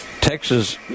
Texas